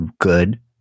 good